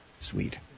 Sweet